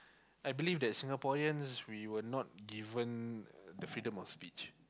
I believe that Singaporeans we were not given the freedom of speech